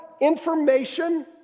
information